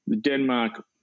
Denmark